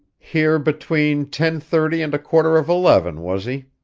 here between ten thirty and a quarter of eleven, was he?